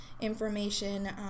information